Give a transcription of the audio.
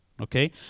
okay